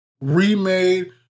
Remade